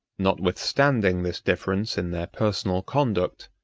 notwithstanding this difference in their personal conduct,